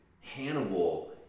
Hannibal